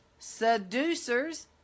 seducers